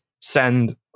send